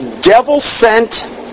devil-sent